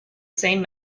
same